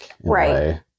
right